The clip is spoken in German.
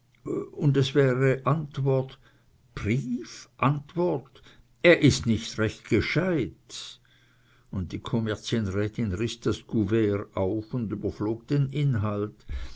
und es wäre antwort brief antwort er ist nicht recht gescheit und die kommerzienrätin riß das couvert auf und überflog den inhalt